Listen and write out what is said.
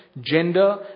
gender